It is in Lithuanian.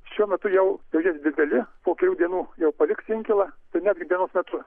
šiuo metu jau tai jie didelį po kelių dienų jau paliks inkilą tai netgi dienos metu